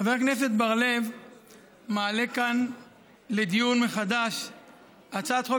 חבר הכנסת בר-לב מעלה כאן לדיון מחדש הצעת חוק